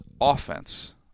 offense